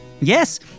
Yes